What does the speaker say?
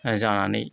जानानै